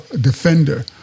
Defender